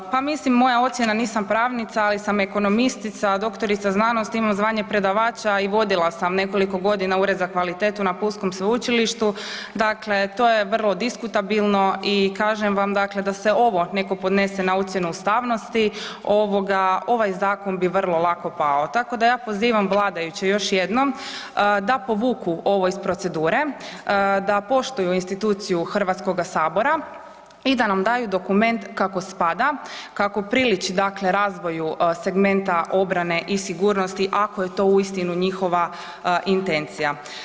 Pa mislim moja ocjena nisam pravnica ali sam ekonomistica, doktorica znanosti, imam zvanje predavača i vodila sam nekoliko godina Ured za kvalitetu na pulskom sveučilištu, dakle to je vrlo diskutabilno i kažem vam da se ovo neko podnese na ocjenu ustavnosti, ovaj zakon bi vrlo lako pao tako da ja pozivam vladajuće još jednom da povuku ovo iz procedure, da poštuju instituciju Hrvatskoga sabora i da nam daju dokument kako spada, kako priliči dakle razviju segmenta obrane i sigurnosti ako je to uistinu njihova intencija.